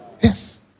Yes